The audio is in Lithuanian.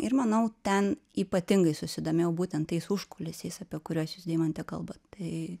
ir manau ten ypatingai susidomėjau būtent tais užkulisiais apie kurias jūs deimante kalbat tai